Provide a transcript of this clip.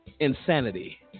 insanity